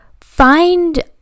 find